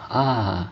ah